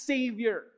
Savior